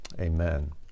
amen